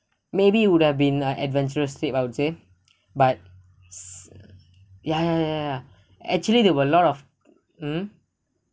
maybe would have been adventurous trip I would say but s~ ya ya ya ya ya actually there were a lot of mm